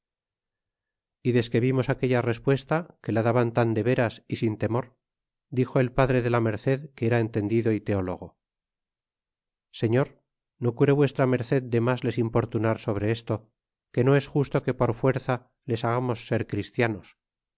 y desque vimos aquella respuesta que la daban tan de veras y sin temor dixo el padre de la merced que era entendido é téologo señor no cure v in de mas les importunar sobre esto que no es justo que por fuerza les hagamos ser christianos